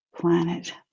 planet